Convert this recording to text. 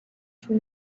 from